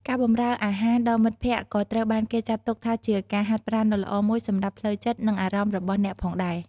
ការបម្រើអាហារដល់មិត្តភក្តិក៏ត្រូវបានគេចាត់ទុកថាជាការហាត់ប្រាណដ៏ល្អមួយសម្រាប់ផ្លូវចិត្តនិងអារម្មណ៍របស់អ្នកផងដែរ។